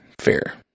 fair